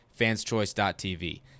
fanschoice.tv